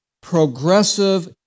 progressive